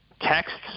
texts